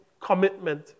commitment